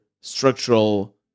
structural